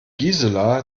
gisela